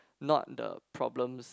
not the problems